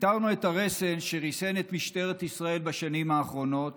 התרנו את הרסן שריסן את משטרת ישראל בשנים האחרונות.